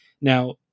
Now